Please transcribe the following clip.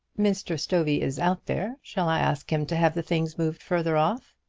mr. stovey is out there. shall i ask him to have the things moved further off?